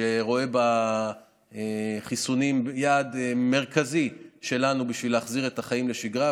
שרואה בחיסונים יעד מרכזי שלנו בשביל להחזיר את החיים לשגרה.